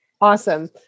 Awesome